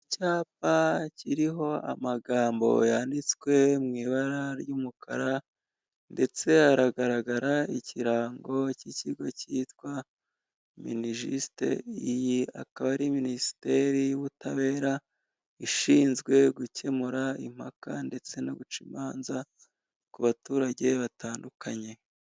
Icyapa kiriho amagambo yanditswe mu ibara ry'umukara, ndetse haragara ikirango k'ikigo kitwa Minijisite, iyi ikaba ari Minisiteri y'ubutabera ishinzwe gukemura impaka ndetse no guca imanza ku baturage bagiye batandukanye.